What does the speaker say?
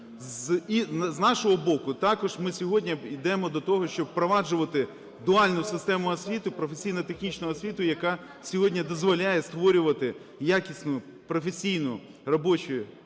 з нашого боку також ми сьогодні йдемо до того, щоб впроваджувати дуальну систему освіти, професійно-технічну освіту, яка сьогодні дозволяє створювати якісні, професійні робочі руки